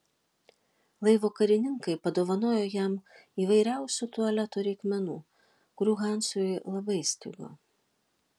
laivo karininkai padovanojo jam įvairiausių tualeto reikmenų kurių hansui labai stigo